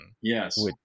Yes